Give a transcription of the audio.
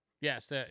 Yes